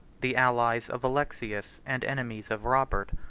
the allies of alexius and enemies of robert,